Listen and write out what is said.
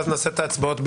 ואז נעשה את ההצבעות,